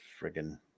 Friggin